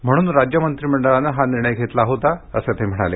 म्हणून राज्य मंत्रिमंडळानं हा निर्णय घेतला होता असं ते म्हणाले